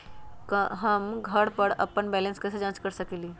हम घर पर अपन बैलेंस कैसे जाँच कर सकेली?